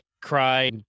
cry